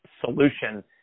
solution